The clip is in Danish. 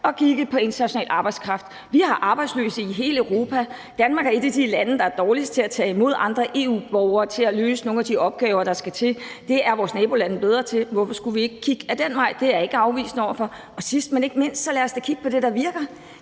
at kigge på international arbejdskraft. Vi har arbejdsløse i hele Europa. Danmark er et af de lande, der er dårligst til at tage imod andre EU-borgere til at løse nogle af de opgaver, der er; det er vores nabolande bedre til. Hvorfor skulle vi ikke kigge den vej? Det er jeg ikke afvisende over for. Og sidst, men ikke mindst, vil jeg sige: Lad os da kigge på det, der virker.